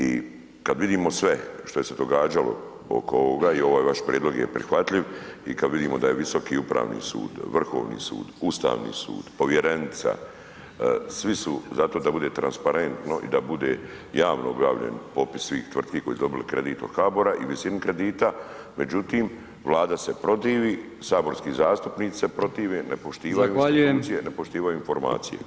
I kad vidimo sve što se događalo oko ovoga i ovaj vaš prijedlog je prihvatljiv i kad vidimo da je Visoki upravni sud, Vrhovni sud, Ustavni sud, povjerenica, svi su ta to da bude transparentno i da bude javno objavljen popis svih tvrtki koje su dobile kredit od HBOR-a i visini kredita, međutim Vlada se protivi, saborski zastupnici se protive, ne poštovanju se institucije, ne poštivaju informacije.